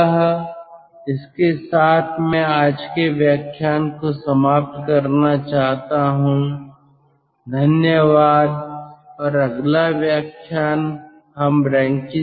अतः इसके साथ मैं आज के व्याख्यान को समाप्त करना चाहता हूं